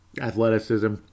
Athleticism